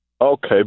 Okay